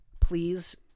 please